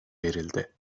verildi